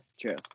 true